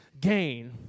gain